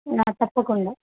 yeah తప్పకుండా